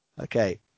Okay